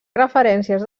referències